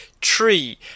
Tree